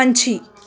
ਪੰਛੀ